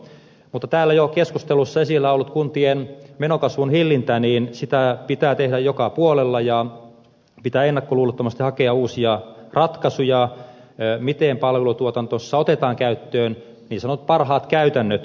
mutta täällä jo keskustelussa esillä ollutta kuntien menokasvun hillintää pitää tehdä joka puolella ja pitää ennakkoluulottomasti hakea uusia ratkaisuja miten palvelutuotannossa otetaan käyttöön niin sanotut parhaat käytännöt